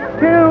Two